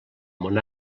mon